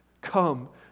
Come